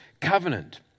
covenant